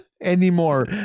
anymore